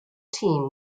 team